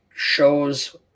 shows